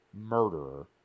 murderer